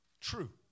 True